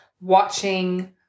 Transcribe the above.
watching